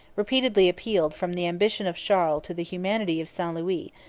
repeatedly appealed from the ambition of charles to the humanity of st. louis,